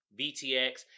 VTX